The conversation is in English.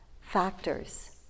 factors